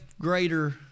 greater